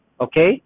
okay